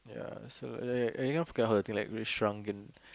ya so ya like any kind of those thing really shrunken